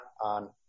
on